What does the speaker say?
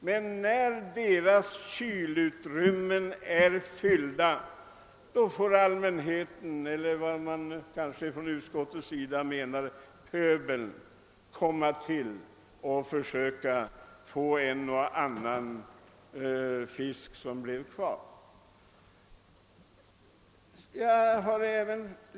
Men när tjänstemännens kylutrymmen sedan är fyllda får allmänheten — eller pöbeln, vilket av uttrycken utskottet väljer vet jag inte — komma dit och försöka få en och annan fisk som råkat bli kvar.